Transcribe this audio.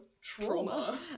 Trauma